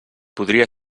podria